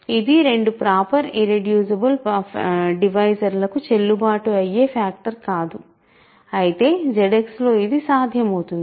ఇది రెండు proper irreducible divisor లకు చెల్లుబాటు అయ్యే ఫ్యాక్టర్ కాదు అయితే ZX లో ఇది సాధ్యమవుతుంది